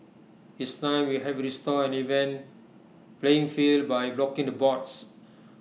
it's time we help restore an even playing field by blocking the bots